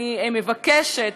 אני מבקשת: